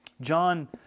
John